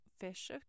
Fish